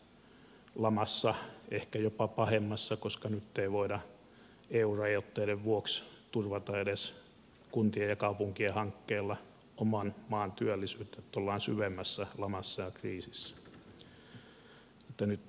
nyt ollaan taas lamassa ehkä jopa pahemmassa koska nyt ei voida eu rajoitteiden vuoksi turvata edes kuntien ja kaupunkien hankkeilla oman maan työllisyyttä joten ollaan syvemmässä lamassa ja kriisissä